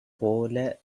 போல